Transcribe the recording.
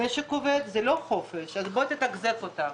המשק עובד וזה לא חופש וצריך לתחזק אותם.